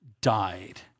died